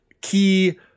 key